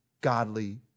godly